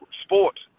sport